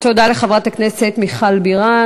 תודה לחברת הכנסת מיכל בירן.